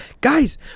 guys